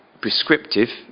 prescriptive